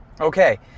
Okay